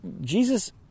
Jesus